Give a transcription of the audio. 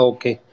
Okay